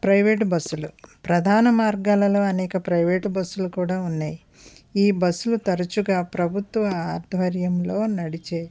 private బస్సులు ప్రధాన మార్గాల్లో అనేక ప్రైవేట్ బస్సులు కూడా ఉన్నాయి ఈ బస్సులు తరచుగా ప్రభుత్వ ఆధ్వర్యంలో నడిచే